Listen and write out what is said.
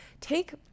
take